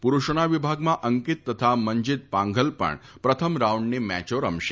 પૂરૂષોના વિભાગમાં અંકીત તથા મનજીત પાંઘલ પણ પ્રથમ રાઉન્ડની મેચો રમશે